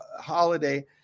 holiday